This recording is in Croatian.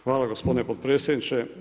Hvala gospodine potpredsjedniče.